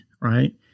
Right